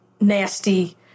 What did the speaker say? nasty